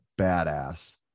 badass